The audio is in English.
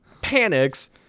panics